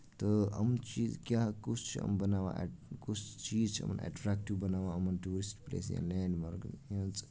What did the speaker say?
تہٕ یِم چیٖز کیٛاہ کُس چھُ یِم بَناوان کُس چیٖز چھُ یِمَن اٹریکٹِو بَناوان یِمَن ٹوٗرِسٹ پٕلیسن یا لینڑ مارکن